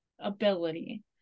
ability